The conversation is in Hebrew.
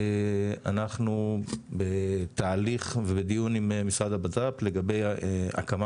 אנחנו בתהליך ובדיון עם משרד הבט"פ לגבי הקמה